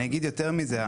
אני אגיד יותר מזה,